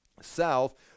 South